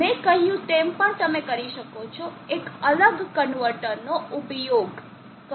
મેં કહ્યું તેમ પણ તમે કરી શકો છો એક અલગ કન્વર્ટરનો ઉપયોગ કરો